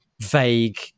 vague